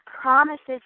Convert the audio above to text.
promises